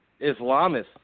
Islamists